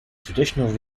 traditional